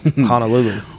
Honolulu